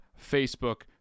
Facebook